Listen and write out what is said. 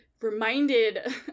reminded